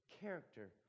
character